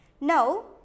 Now